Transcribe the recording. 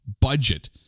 budget